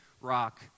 rock